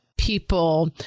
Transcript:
People